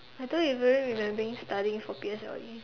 I don't even remembering studying for P_S_L_E